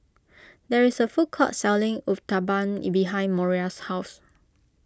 there is a food court selling Uthapam behind Moriah's house